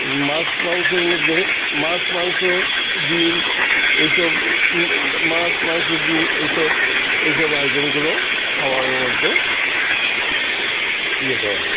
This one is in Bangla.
মাছ মাংসের মধ্যে মাছ মাংস ডিম এইসব মাছ মাংস ডিম এইসব এইসব আইটেমগুলো খাবারের মধ্যে ইয়ে করা হয়